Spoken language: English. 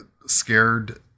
scared